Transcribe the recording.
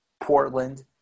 Portland